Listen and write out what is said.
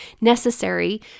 necessary